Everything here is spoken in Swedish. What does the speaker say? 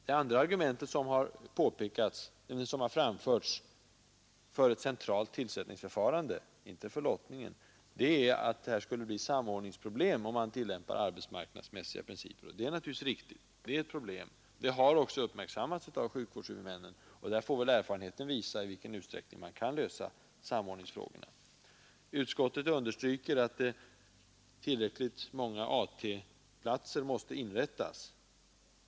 Det andra argumentet som har framförts för ett centralt tillsättningsförfarande — inte för lottningen — är att det skulle bli samordnings problem, om man tillämpade arbetsmarknadsmässiga principer. Det är naturligtvis riktigt. Det problemet har också uppmärksammats av sjukvårdshuvudmännen, och där får väl erfarenheten visa i vilken utsträckning man kan lösa samordningsfrågorna. Utskottet understryker att tillräckligt många AT-platser måste inrättas.